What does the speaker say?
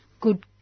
good